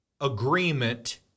agreement